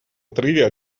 отрыве